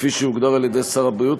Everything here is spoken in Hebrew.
כפי שיוגדר על-ידי שר הבריאות,